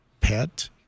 pet